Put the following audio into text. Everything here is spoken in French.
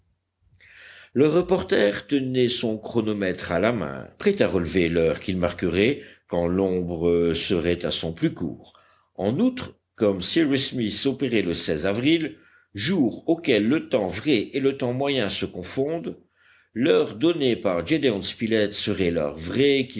le reporter tenait son chronomètre à la main prêt à relever l'heure qu'il marquerait quand l'ombre serait à son plus court en outre comme cyrus smith opérait le avril jour auquel le temps vrai et le temps moyen se confondent l'heure donnée par gédéon spilett serait l'heure vraie